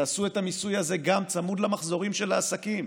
תעשו את המיסוי הזה גם צמוד למחזורים של העסקים.